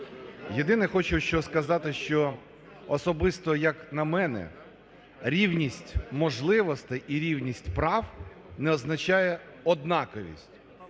Єдине хочу що сказати, що, особисто як на мене, рівність можливостей і рівність прав не означає однаковість.